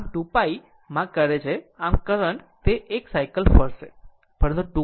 આમ 2π માં કરે છે આમ કરંટ તે એક સાયકલ ફરશે